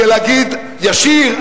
זה להגיד: ישיר,